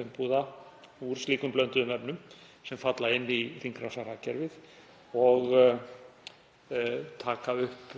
umbúða úr slíkum blönduðum efnum sem falla inn í hringrásarhagkerfið og taka upp